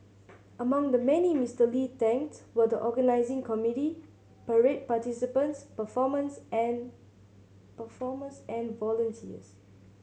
among the many Mister Lee thanked were the organising committee parade participants performers and performers and volunteers